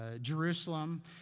Jerusalem